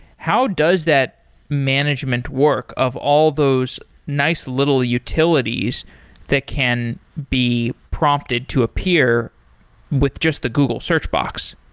how does that management work of all those nice little utilities that can be prompted to appear with just the google search box?